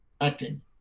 acting